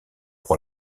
pour